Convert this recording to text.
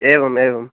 एवम् एवम्